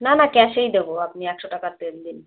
না না ক্যাশেই দেবো আপনি একশো টাকার তেল দিন